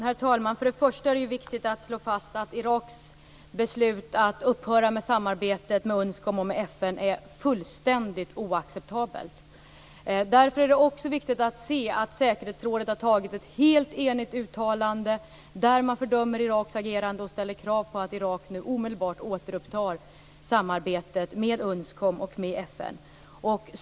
Herr talman! Först och främst är det viktigt att slå fast att Iraks beslut att upphöra med samarbetet med UNSCOM och med FN är fullständigt oacceptabelt. Därför är det också viktigt att se att säkerhetsrådet har antagit ett helt enigt uttalande där man fördömer Iraks agerande och ställer krav på att Irak nu omedelbart återupptar samarbetet med UNSCOM och med FN.